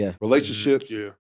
relationships